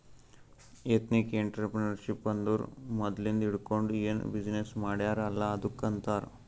ethnic entrepreneurship ಅಂದುರ್ ಮದ್ಲಿಂದ್ ಹಿಡ್ಕೊಂಡ್ ಏನ್ ಬಿಸಿನ್ನೆಸ್ ಮಾಡ್ಯಾರ್ ಅಲ್ಲ ಅದ್ದುಕ್ ಆಂತಾರ್